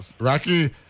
Rocky